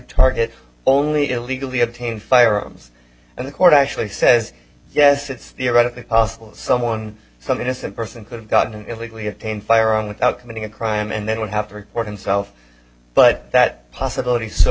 target only illegally obtained firearms and the court actually says yes it's the right of a possible someone some innocent person could have gotten an illegally obtained fire on without committing a crime and then would have to report himself but that possibility so